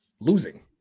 losing